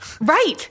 right